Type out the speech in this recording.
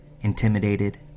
Intimidated